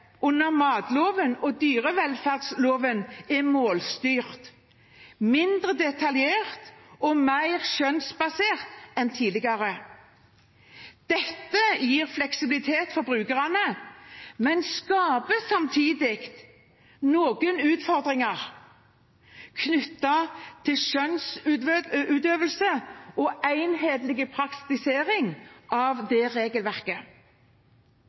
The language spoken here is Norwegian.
under matloven og dyrevelferdsloven er målstyrt, mindre detaljert og mer skjønnsbasert enn tidligere. Dette gir fleksibilitet for brukerne, men skaper samtidig noen utfordringer knyttet til skjønnsutøvelse og enhetlig praktisering av det regelverket.